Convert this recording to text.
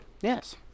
Yes